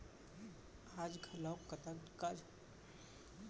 आज घलौक कतको झन लोटा म पानी दिये के परंपरा ल पीढ़ी दर पीढ़ी निभात हें